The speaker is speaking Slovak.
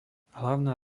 hlavná